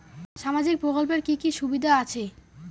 সামাজিক প্রকল্পের কি কি সুবিধা আছে?